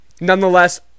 nonetheless